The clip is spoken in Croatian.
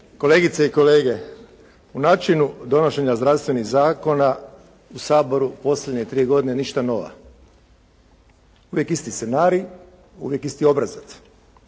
Kolegice i kolege, u načinu donošenja zdravstvenih zakona u Saboru posljednje tri godine ništa nova. Uvijek isti scenarij, uvijek isti obrazac.